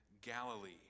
Galilee